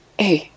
hey